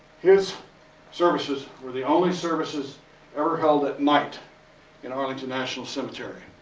his services were the only services ever held at night in arlington national cemetery.